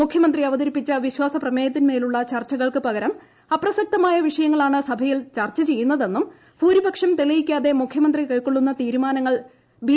മുഖ്യമന്ത്രി അവതരിപ്പിച്ച വിശ്വാസ പ്രമേയത്തിന്മേലുളള ചർച്ചകൾക്കു പകരം അപ്രസക്തമായ വിഷയങ്ങളാണ് സഭയിൽ ചർച്ച ചെയ്യുന്നതെന്നും ഭൂരിപക്ഷം തെളിയിക്കാതെ മുഖ്യമന്ത്രി കൈക്കൊള്ളുന്ന തീരുമാനങ്ങൾ ബി